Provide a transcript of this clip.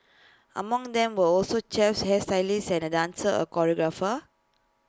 among them were also chefs hairstylist and A dancer choreographer